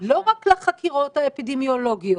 לא רק לחקירות האפידמיולוגיות,